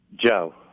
Joe